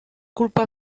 culpa